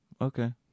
Okay